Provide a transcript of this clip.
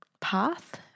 path